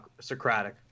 Socratic